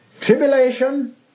Tribulation